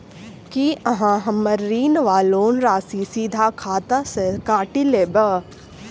की अहाँ हम्मर ऋण वा लोन राशि सीधा खाता सँ काटि लेबऽ?